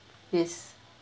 yes